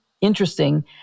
interesting